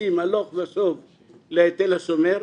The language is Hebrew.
כרטיסים הלוך ושוב לתל השומר,